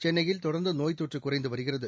சென்னையில் தொடர்ந்து நோய்த் தொற்று குறைந்து வருகிறது